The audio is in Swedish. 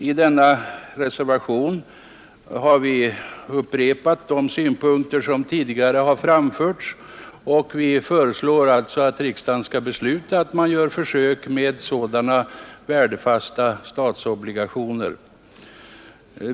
I denna upprepar vi de synpunkter som tidigare har framförts, och vi föreslår alltså att riksdagen skall besluta att man gör försök med värdefasta statsobligationer.